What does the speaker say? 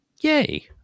Yay